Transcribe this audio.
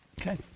Okay